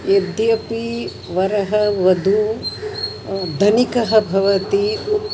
यद्यपि वरः वधुः धनिकः भवति